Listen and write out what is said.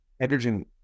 Hydrogen